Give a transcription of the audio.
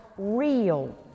Real